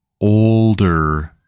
older